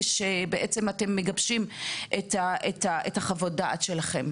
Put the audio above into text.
כאשר אתם בעצם מגבשים את חוות הדעת שלכם?